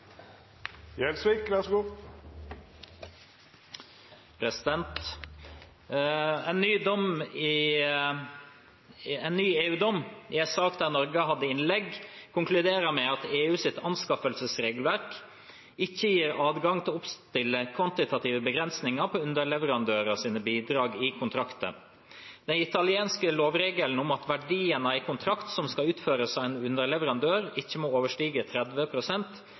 ny EU-dom, i en sak der Norge hadde innlegg, konkluderer med at EUs anskaffelsesregelverk ikke gir adgang til å oppstille kvantitative begrensninger på underleverandørers bidrag i kontrakter. Den italienske lovregelen om at verdien av en kontrakt som skal utføres av en underleverandør, ikke må overstige